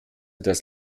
das